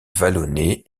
vallonnée